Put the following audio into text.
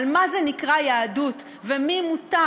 על מה נקרא יהדות ולמי מותר